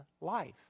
life